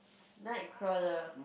Nightcrawler